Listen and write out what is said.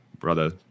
brother